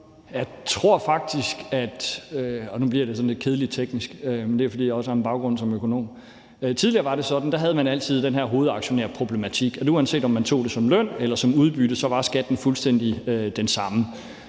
det er sådan her – og nu bliver det sådan lidt kedeligt teknisk, men det er, fordi jeg også har en baggrund som økonom: Tidligere var det sådan, at man altid havde den her hovedaktionærproblematik, at uanset om man tog det som løn eller som udbytte, var skatten fuldstændig den samme.